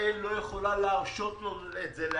ישראל לא יכולה להרשות את זה לעצמה.